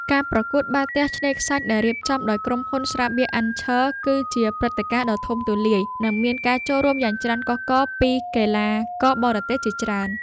ការប្រកួតបាល់ទះឆ្នេរខ្សាច់ដែលរៀបចំដោយក្រុមហ៊ុនស្រាបៀរអាន់ឆ័រ គឺជាព្រឹត្តិការណ៍ដ៏ធំទូលាយ និង មានការចូលរួមយ៉ាងច្រើនកុះករពីកីឡាករបរទេសជាច្រើន។